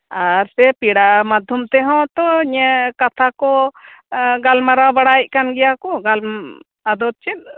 ᱟᱨ ᱥᱮ ᱯᱮᱲᱟ ᱢᱟᱫᱽᱫᱷᱚᱢ ᱛᱮᱦᱚᱸ ᱛᱚ ᱧᱮᱞ ᱠᱟᱛᱷᱟ ᱠᱚ ᱜᱟᱞᱢᱟᱨᱟᱣ ᱵᱟᱲᱟᱭᱮᱜ ᱠᱟᱱ ᱜᱮᱭᱟ ᱠᱚ ᱜᱟᱞᱢᱟᱨᱟᱣ ᱟᱫᱚ ᱪᱮᱜ